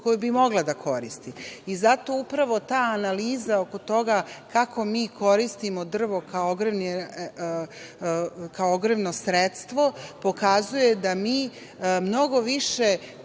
koju bi mogla da koristi. Zato upravo ta analiza oko toga kako mi koristimo drvo kao ogrevno sredstvo pokazuje da mi mnogo više